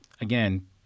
again